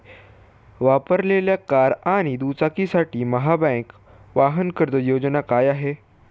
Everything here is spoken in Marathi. वापरलेल्या कार आणि दुचाकीसाठी महाबँक वाहन कर्ज योजना काय आहे?